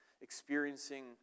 experiencing